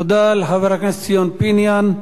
תודה לחבר הכנסת ציון פיניאן.